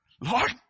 Lord